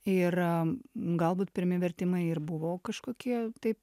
ir am galbūt pirmi vertimai ir buvo kažkokie taip